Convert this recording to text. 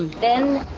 then,